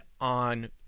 on